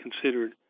considered